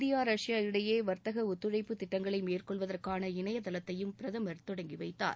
India Russia இடையேவர்த்தகஒத்துழைப்புத் திட்டங்களைமேற்கொள்வதற்கான இணையதளத்தையும் பிரதமர் தொடங்கிவைத்தார்